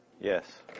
Yes